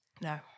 No